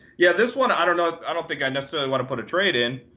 yeah, this one, i don't ah i don't think i necessarily want to put a trade in.